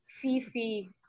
Fifi